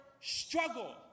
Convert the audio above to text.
struggle